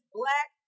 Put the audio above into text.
black